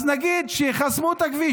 אז נגיד שחסמו את הכביש.